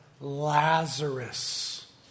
Lazarus